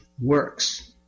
works